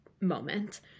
moment